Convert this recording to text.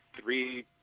three